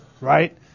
right